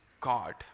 God